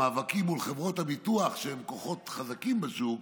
במאבקים מול חברות הביטוח, שהן כוחות חזקים בשוק,